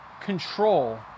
control